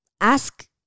ask